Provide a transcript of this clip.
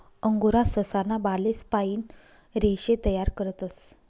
angora ससा ना बालेस पाइन रेशे तयार करतस